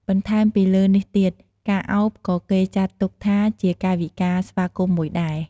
បន្ថែមពីលើនេះទៀត ការឱបក៏គេចាត់ទុកថាជាកាយវិការស្វាគមន៍មួយដែរ។